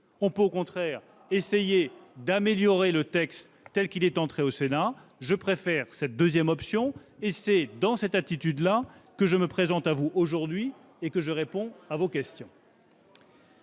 ou, au contraire, essayer d'améliorer le texte qui est entré au Sénat. Je préfère cette seconde option et c'est avec cette attitude que je me présente à vous aujourd'hui et que je réponds à vos questions.